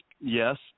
yes